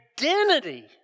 identity